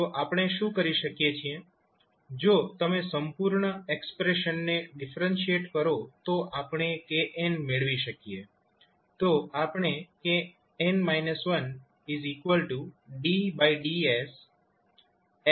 તો આપણે શું કરી શકીએ છીએ જો તમે સંપૂર્ણ એક્સપ્રેશન ને ડિફરેન્શિએટ કરો તો આપણે kn મેળવી શકીએ